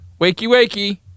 Wakey-wakey